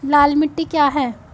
लाल मिट्टी क्या है?